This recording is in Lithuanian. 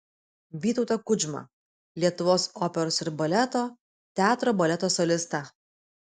vytautą kudžmą lietuvos operos ir baleto teatro baleto solistą